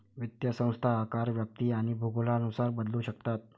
वित्तीय संस्था आकार, व्याप्ती आणि भूगोलानुसार बदलू शकतात